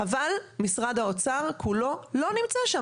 אבל משרד האוצר כולו לא נמצא שם.